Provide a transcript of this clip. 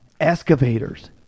excavators